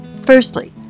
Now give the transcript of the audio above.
Firstly